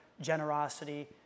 generosity